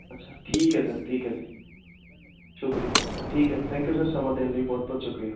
ਅੱਛਾ ਠੀਕ ਹੈ ਸਰ ਠੀਕ ਹੈ ਜੀ ਸ਼ੁਕਰੀਆ ਠੀਕ ਹੈ ਥੈਂਕ ਯੂ ਸਰ ਸਮਾਂ ਦੇਣ ਲਈ ਬਹੁਤ ਬਹੁਤ ਸ਼ੁਕਰੀਆ